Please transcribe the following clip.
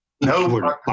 No